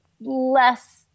less